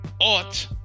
ought